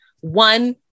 one